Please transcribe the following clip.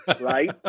right